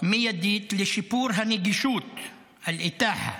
מיידית לשיפור הנגישות (חוזר על המילה בערבית)